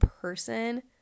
person